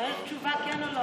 צריך תשובה, כן או לא.